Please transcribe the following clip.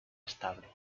estable